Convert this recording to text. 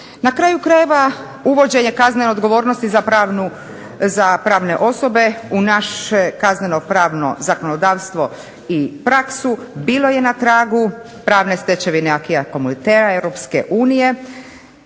Na kraju krajeva, uvođenje kaznene odgovornosti za pravne osobe u naše kazneno-pravno zakonodavstvo i praksu bilo je na tragu pravne stečevine acquis communautaire